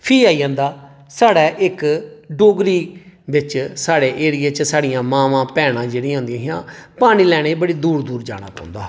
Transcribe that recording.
ते फ्ही आई जंदा साढ़े इक डोगरी बिच साढ़े एरिया बिच साढ़ियां मावां भैनां जेह्ड़ियां होंदियां हियां पानी लैने गी बड़े दूर दूर जाना पौंदा हा